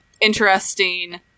interesting